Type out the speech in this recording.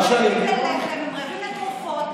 מה שאני, הם רעבים ללחם,